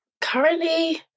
Currently